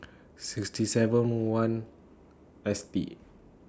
sixty seven one S T